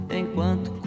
enquanto